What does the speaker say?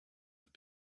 have